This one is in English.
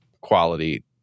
quality